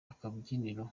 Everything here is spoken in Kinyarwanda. akabyiniriro